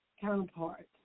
counterpart